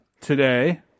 Today